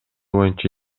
боюнча